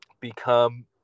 become